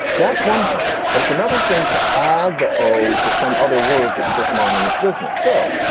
that's one thing, but it's another thing to add the o to some other word that's just minding its business. so,